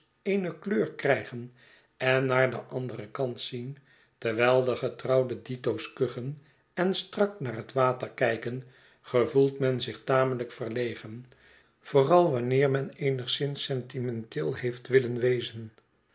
eene kleur krijgen en naar den anderen kant zien terwijl de getrouwde dito's kuchen en strak naar het water kijken gevoelt men zich tamelijk verlegen vooral wanneer men eenigszins sentimenteel heeft willen wezen